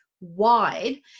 wide